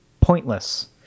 pointless